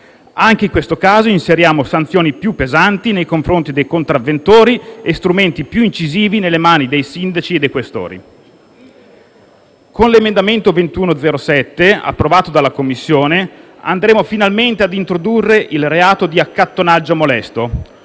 Anche in questo caso inseriamo sanzioni più pesanti nei confronti dei contravventori e strumenti più incisivi nelle mani dei sindaci e dei questori. Con l'emendamento 21.0.7, approvato dalla Commissione, andremo finalmente a introdurre il reato di accattonaggio molesto.